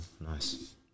nice